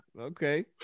Okay